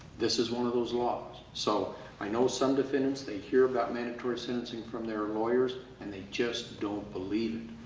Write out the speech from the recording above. this is one of those laws. so i know some defendants, they hear about mandatory sentencing from their lawyers, and they just don't believe it.